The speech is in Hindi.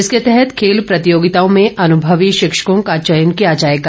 इसके तहत खेल प्रतियोगिताओं में अनुभवी शिक्षकों का चयन किया जाएगा